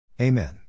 Amen